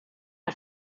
not